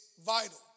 vital